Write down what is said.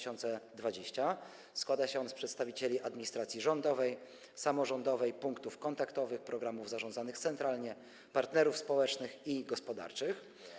Składa się on z przedstawicieli administracji rządowej, samorządowej, punktów kontaktowych, programów zarządzanych centralnie, partnerów społecznych i gospodarczych.